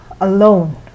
alone